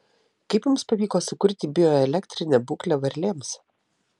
kaip jums pavyko sukurti bioelektrinę būklę varlėms